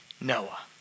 Noah